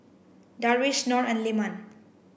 Darwish Nor and Leman